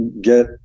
get